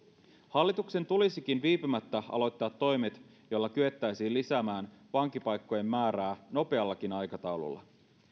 hallituksen tulisikin viipymättä aloittaa toimet joilla kyettäisiin lisäämään vankipaikkojen määrää nopeallakin aikataululla